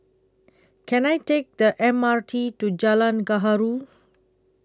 Can I Take The M R T to Jalan Gaharu